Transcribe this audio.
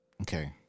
okay